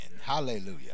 Hallelujah